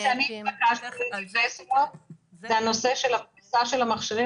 התבקשנו להתייחס לנושא של פריסת המכשירים